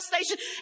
station